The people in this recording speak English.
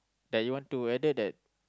that you want to added that